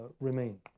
remain